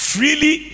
Freely